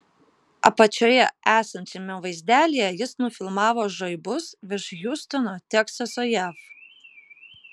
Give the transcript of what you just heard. apačioje esančiame vaizdelyje jis nufilmavo žaibus virš hjustono teksaso jav